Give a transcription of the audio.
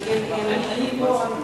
לסדר-היום מס'